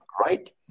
right